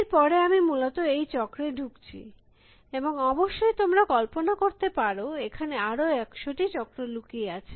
এর পরে আমি মূলত এই চক্রে ঢুকছি এবং অবশ্যই তোমরা কল্পনা করতে পারো এখানে আরো একশটি চক্র লুকিয়ে আছে